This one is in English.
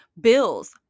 bills